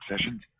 sessions